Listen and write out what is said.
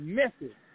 message